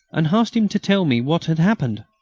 and asked him to tell me what had happened.